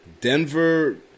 Denver